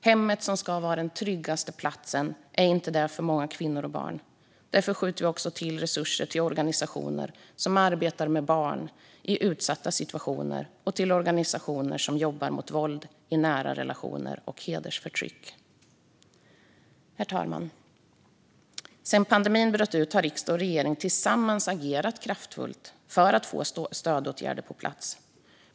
Hemmet ska vara den tryggaste platsen, med det är det inte för många kvinnor och barn. Därför skjuter vi också till resurser till organisationer som arbetar med barn i utsatta situationer och till organisationer som jobbar mot våld i nära relationer och hedersförtryck. Herr talman! Sedan pandemin bröt ut har riksdag och regering tillsammans agerat kraftfullt för att få stödåtgärder på plats.